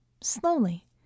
Slowly